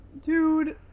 Dude